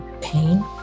pain